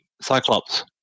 Cyclops